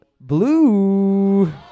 blue